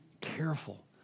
careful